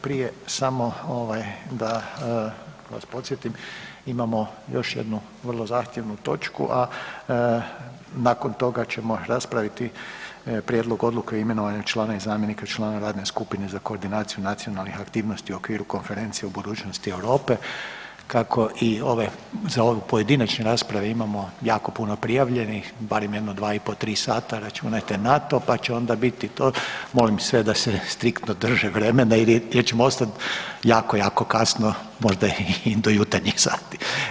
Prije samo ovaj da vas podsjetim imamo još jednu vrlo zahtjevnu točku, a nakon toga ćemo raspraviti Prijedlog odluke o imenovanju člana i zamjenika člana radne skupine za koordinaciju nacionalnih aktivnosti u okviru konferencije o budućnosti Europe, kako i za ove pojedinačne rasprave imamo jako puno prijavljenih, barem jedno 2,5-3 sata računajte na to, pa će onda biti to, molim sve da se striktno drže vremena ili ćemo ostat jako jako kasno, možda i do jutarnjih sati.